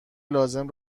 لازم